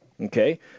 Okay